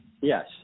Yes